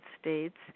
States